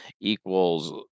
equals